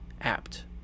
apt